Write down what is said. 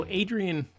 adrian